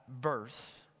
verse